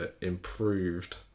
improved